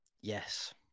Yes